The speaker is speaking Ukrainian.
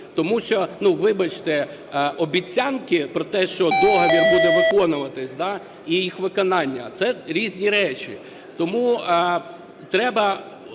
Тому що, вибачте, обіцянки про те, що договір буде виконуватись, і їх виконання – це різні речі. Тому треба